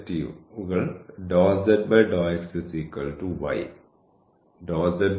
എന്നിവ ആണ്